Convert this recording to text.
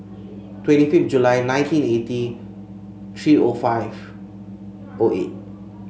twenty fifth July nineteen eighty three O five O eight